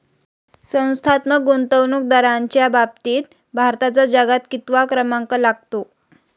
संस्थात्मक गुंतवणूकदारांच्या बाबतीत भारताचा जगात कितवा क्रमांक लागतो?